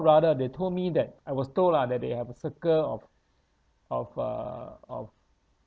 rather they told me that I was told ah that they have a circle of of uh of